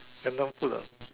Nyonya food ah